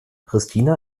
pristina